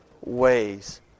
ways